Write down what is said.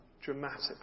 Dramatically